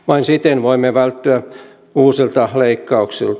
vain siten voimme välttyä uusilta leikkauksilta